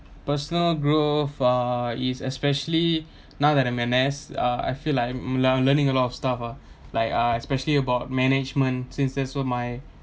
personal grow far is especially now that I'm N_S uh I feel like mm like learning a lot of stuff ah like uh especially about management since that's was my